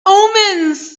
omens